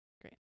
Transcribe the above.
Great